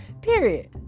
period